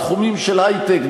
בתחום של היי-טק,